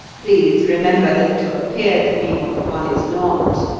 please remember that to appear to be what one is not,